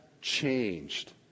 changed